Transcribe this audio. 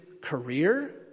career